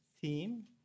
theme